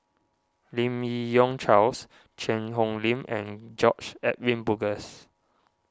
Lim Yi Yong Charles Cheang Hong Lim and George Edwin Bogaars